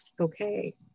okay